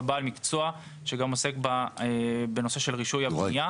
מדובר בבעל מקצוע שגם עוסק בנושא של רישוי הבנייה.